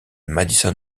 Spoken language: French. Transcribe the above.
madison